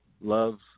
love